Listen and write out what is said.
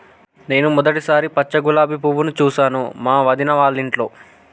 నేను మొదటిసారి పచ్చ గులాబీ పువ్వును చూసాను మా వదిన వాళ్ళింట్లో